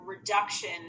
reduction